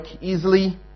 easily